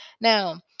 Now